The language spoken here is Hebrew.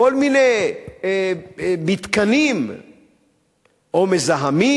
כל מיני מתקנים שמזהמים